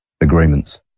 agreements